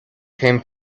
came